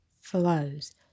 flows